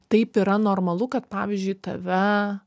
taip yra normalu kad pavyzdžiui tave